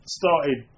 started